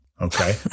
Okay